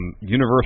universal